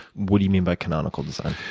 what do you mean by canonical design?